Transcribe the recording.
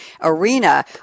arena